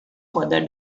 further